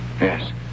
Yes